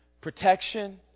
protection